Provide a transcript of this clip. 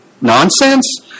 nonsense